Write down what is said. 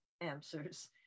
answers